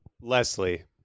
Leslie